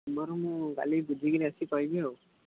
ବରଂ ମୁଁ କାଲି ବୁଝକିରି ଆସିକି କହିବି ଆଉ